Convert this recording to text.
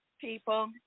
People